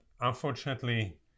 unfortunately